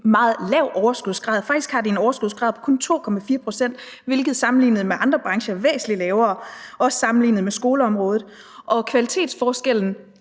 meget lav overskudsgrad, og faktisk har de en overskudsgrad på kun 2,4 pct., som sammenlignet med andre branchers er væsentlig lavere, også sammenlignet med skoleområdets, og kvalitetsforskellen